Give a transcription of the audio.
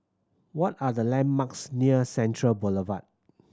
what are the landmarks near Central Boulevard